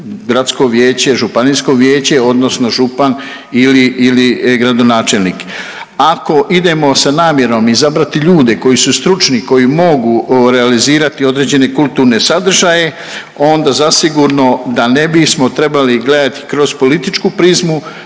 Gradsko vijeće, Županijsko vijeće odnosno župan ili gradonačelnik. Ako idemo sa namjerom izabrati ljude koji su stručni, koji mogu realizirati određene kulturne sadržaje, onda zasigurno da ne bismo trebali gledati kroz političku prizmu,